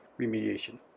remediation